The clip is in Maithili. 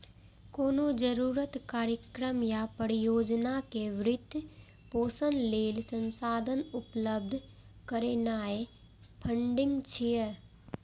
कोनो जरूरत, कार्यक्रम या परियोजना के वित्त पोषण लेल संसाधन उपलब्ध करेनाय फंडिंग छियै